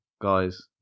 guys